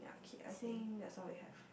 K I think that's all we have